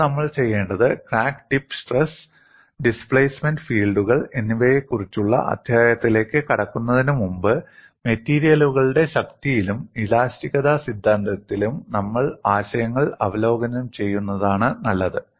ഇപ്പോൾ നമ്മൾ ചെയ്യേണ്ടത് ക്രാക്ക് ടിപ്പ് സ്ട്രെസ് ഡിസ്പ്ലേസ്മെന്റ് ഫീൽഡുകൾ എന്നിവയെക്കുറിച്ചുള്ള അധ്യായത്തിലേക്ക് കടക്കുന്നതിന് മുമ്പ് മെറ്റീരിയലുകളുടെ ശക്തിയിലും ഇലാസ്തികത സിദ്ധാന്തത്തിലും നമ്മൾ ആശയങ്ങൾ അവലോകനം ചെയ്യുന്നതാണ് നല്ലത്